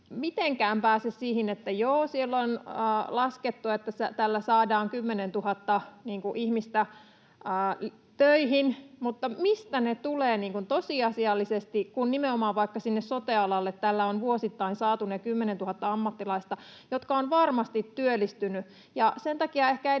mitenkään pääse siihen, että joo, siellä on laskettu, että tällä saadaan 10 000 ihmistä töihin. Mutta mistä ne tulevat niin kuin tosiasiallisesti, kun nimenomaan vaikka sinne sote-alalle tällä on vuosittain saatu ne 10 000 ammattilaista, jotka ovat varmasti työllistyneet?